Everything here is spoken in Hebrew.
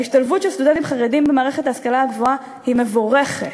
ההשתלבות של סטודנטים חרדים במערכת ההשכלה הגבוהה היא מבורכת,